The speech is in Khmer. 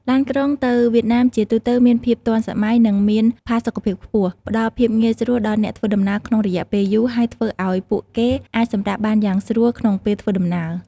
ឡានក្រុងទៅវៀតណាមជាទូទៅមានភាពទាន់សម័យនិងមានផាសុកភាពខ្ពស់ ផ្តល់ភាពងាយស្រួលដល់អ្នកធ្វើដំណើរក្នុងរយៈពេលយូរ ហើយធ្វើឱ្យពួកគេអាចសម្រាកបានយ៉ាងស្រួលក្នុងពេលធ្វើដំណើរ។